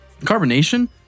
carbonation